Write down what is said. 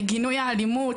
לגינוי האלימות.